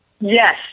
Yes